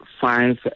five